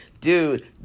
dude